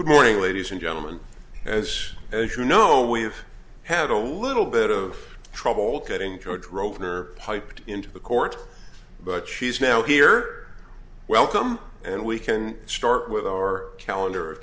good morning ladies and gentleman as as you know we have had a little bit of trouble getting george roden or piped into the court but she's now here welcome and we can start with our calendar of